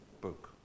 book